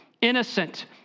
innocent